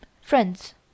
Friends